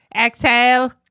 Exhale